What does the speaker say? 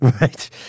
Right